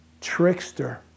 trickster